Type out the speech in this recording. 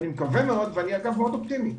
אני אגב מאוד אופטימי,